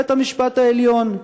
בית-המשפט העליון,